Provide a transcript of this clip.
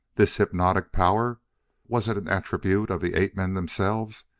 this hypnotic power was it an attribute of the ape-men themselves?